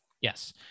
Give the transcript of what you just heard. Yes